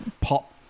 pop